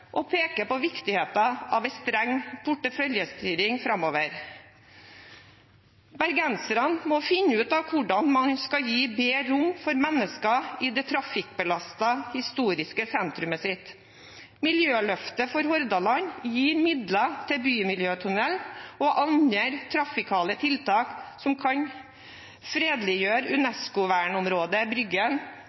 på viktigheten av en streng porteføljestyring framover. Bergenserne må finne ut hvordan man skal gi bedre rom for mennesker i det trafikkbelastede historiske sentrumet sitt. Miljøløftet for Hordaland gir midler til bymiljøtunnel og andre trafikale tiltak som kan fredeliggjøre UNESCO-verneområdet Bryggen